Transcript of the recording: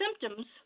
symptoms